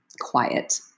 quiet